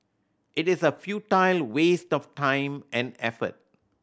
it is a futile waste of time and effort